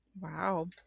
Wow